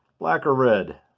black or red?